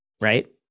right